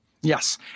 Yes